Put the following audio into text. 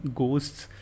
ghosts